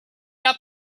out